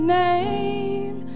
name